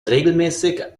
regelmäßig